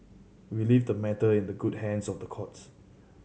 we leave the matter in the good hands of the courts